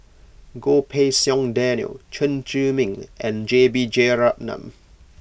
Goh Pei Siong Daniel Chen Zhiming and J B Jeyaretnam